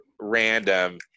random